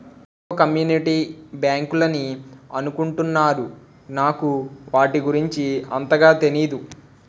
మరేటో కమ్యూనిటీ బ్యాంకులని అనుకుంటున్నారు నాకు వాటి గురించి అంతగా తెనీదు